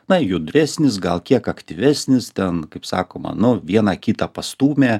na judresnis gal kiek aktyvesnis ten kaip sakoma nu vieną kitą pastūmė